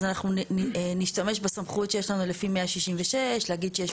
אז אנחנו נשתמש בסכמות שיש לנו לפי 166 להגיד שיש